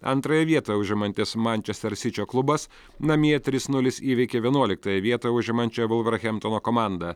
antrąją vietą užimantis manchester sičio klubas namie trys nulis įveikė vienuoliktąją vietą užimančią vulverhemptono komandą